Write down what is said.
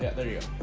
yeah there you